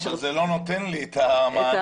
זה לא נותן לי את המענה.